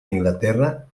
inglaterra